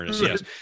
yes